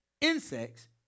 insects